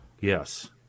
Yes